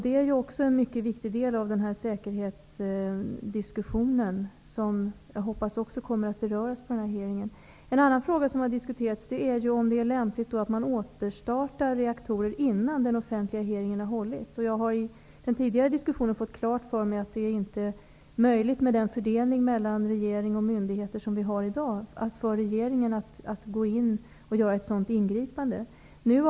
Det utgör en mycket viktig del av säkerhetsdiskussionen, som jag hoppas kommer att beröras på hearingen. En annan fråga som har diskuterats gäller om det är lämpligt att man återstartar reaktorer innan den offentliga hearingen har hållits. I den tidigare diskussionen har jag fått klart för mig att det inte är möjligt för regeringen -- med den fördelning mellan regering och myndigheter som vi har i dag -- att göra ett sådant ingripande.